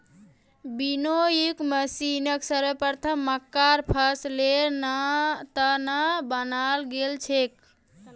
winnowing मशीनक सर्वप्रथम मक्कार फसलेर त न बनाल गेल छेक